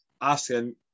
asking